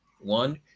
one